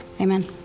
Amen